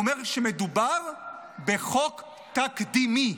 הוא אומר שמדובר בחוק תקדימי.